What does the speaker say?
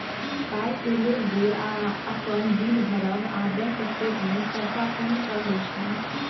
पाइ केर लेब देब, अपन बिल भरब आ बैंक स्टेटमेंट सबटा फोने पर होइ छै